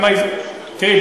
תראי,